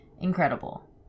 incredible